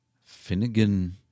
Finnegan